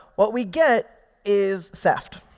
what we get is theft.